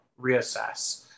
reassess